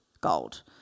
gold